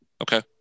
Okay